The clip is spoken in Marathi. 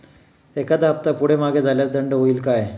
एखादा हफ्ता पुढे मागे झाल्यास दंड होईल काय?